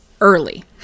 early